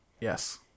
Yes